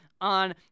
on